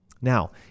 Now